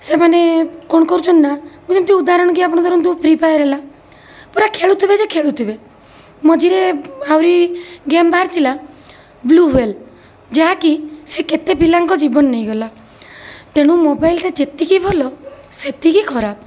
ସେମାନେ କ'ଣ କରୁଛନ୍ତି ନା ଇଏ ଯେମିତି ଉଦାହରଣ କି ଆପଣ ଧରନ୍ତୁ ଫ୍ରି ଫାୟାର୍ ହେଲା ପୂରା ଖେଳୁଥିବେ ଯେ ଖେଳୁଥିବେ ମଝିରେ ଆହୁରି ଗେମ୍ ବାହାରିଥିଲା ବ୍ଲୁ ହ୍ଵେଲ୍ ଯାହାକି ସେ କେତେ ପିଲାଙ୍କ ଜୀବନ ନେଇଗଲା ତେଣୁ ମୋବାଇଲଟା ଯେତିକି ଭଲ ସେତିକି ଖରାପ